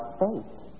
fate